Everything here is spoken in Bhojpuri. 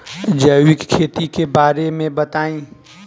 जैविक खेती के बारे में बताइ